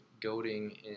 goading